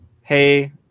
hey